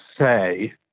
say